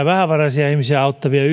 vähävaraisia ihmisiä auttavien